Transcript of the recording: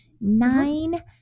Nine